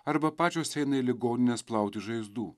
arba pačios eina į ligonines plauti žaizdų